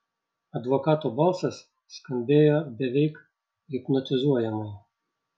advokato balsas skambėjo beveik hipnotizuojamai